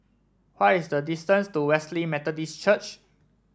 what is the distance to Wesley Methodist Church